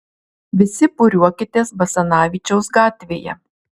visi būriuokitės basanavičiaus gatvėje